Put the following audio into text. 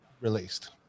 released